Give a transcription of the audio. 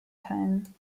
time